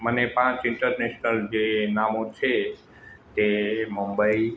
મને પાંચ ઇન્ટરનેશનલ જે નામો છે તે મુંબઇ